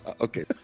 Okay